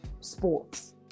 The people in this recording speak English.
sports